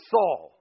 Saul